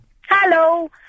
Hello